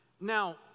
Now